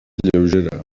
lleugera